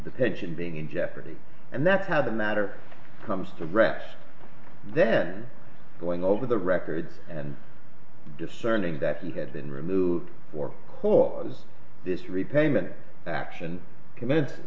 the pension being in jeopardy and that's how the matter comes to rest then going over the records and discerning that he had been removed for cause this repayment action commenced